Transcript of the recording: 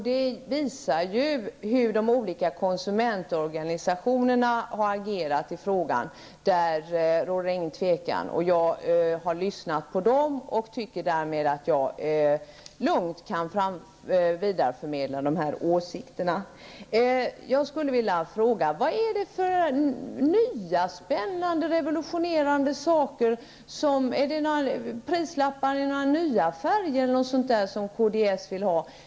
Det framgår också av hur de olika konsumentorganisationerna har agerat i frågan, där det inte råder någon tvekan. Jag har lyssna på dem och tycker därmed att jag kan vidareförmedla deras åsikter. Jag skulle vilja fråga: Vad är det för nya, spännande och revolutionerande prislappar som kds vill ha? Är det nya färger?